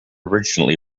originally